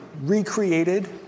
recreated